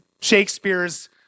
Shakespeare's